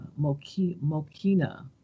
Mokina